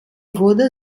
wurde